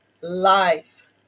life